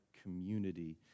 community